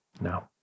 No